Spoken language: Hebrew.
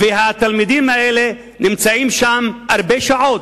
והתלמידים האלה נמצאים שם הרבה שעות,